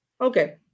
Okay